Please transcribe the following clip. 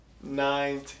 nine